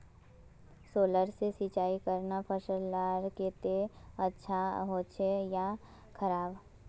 Solar से सिंचाई करना फसल लार केते अच्छा होचे या खराब?